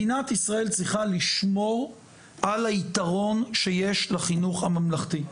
מדינת ישראל צריכה לשמור על היתרון שיש לחינוך הממלכתי,